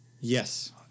Yes